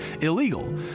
illegal